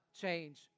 change